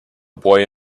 boy